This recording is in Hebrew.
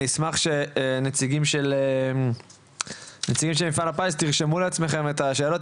אני אשמח שנציגים של מפעל הפיס תרשמו לעצמם את השאלות,